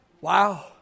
Wow